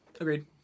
Agreed